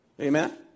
Amen